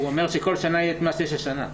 הוא אומר שכל שנה יהיה את מה שיש השנה.